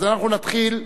אז אנחנו נתחיל.